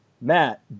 Matt